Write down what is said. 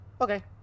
Okay